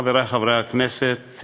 חברי חברי הכנסת,